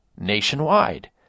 nationwide